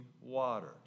water